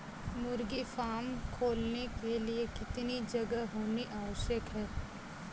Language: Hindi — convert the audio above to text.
मुर्गी फार्म खोलने के लिए कितनी जगह होनी आवश्यक है?